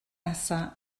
nesaf